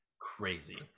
Crazy